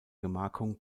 gemarkung